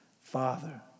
Father